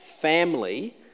family